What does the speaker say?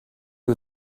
you